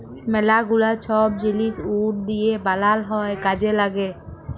ম্যালা গুলা ছব জিলিস উড দিঁয়ে বালাল হ্যয় কাজে ল্যাগে